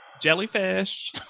Jellyfish